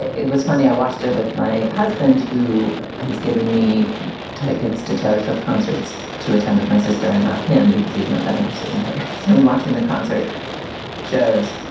it it was funny. i watched it with my husband, who has given me tickets to taylor swift concerts to attend with my sister and not him because he's not that interested in her. so in watching the concert shows,